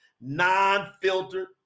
non-filtered